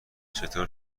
چطور